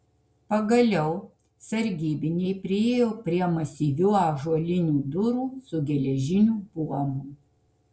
pagaliau sargybiniai priėjo prie masyvių ąžuolinių durų su geležiniu buomu